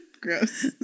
Gross